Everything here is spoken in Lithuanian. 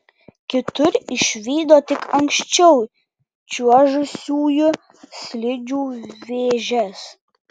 kitur išvydo tik anksčiau čiuožusiųjų slidžių vėžes